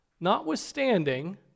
notwithstanding